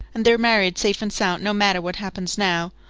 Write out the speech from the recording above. and they're married safe and sound, no matter what happens now.